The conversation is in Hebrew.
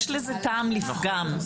יש לזה טעם לפגם.